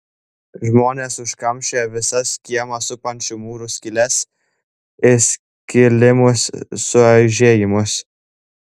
žmonės užkamšė visas kiemą supančių mūrų skyles įskilimus suaižėjimus